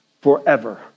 forever